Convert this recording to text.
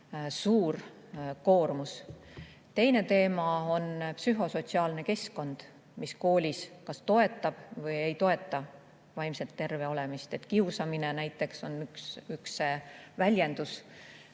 suur koormus. Teine teema on psühhosotsiaalne keskkond, mis koolis kas toetab või ei toeta vaimselt terve olemist. Kiusamine näiteks on üks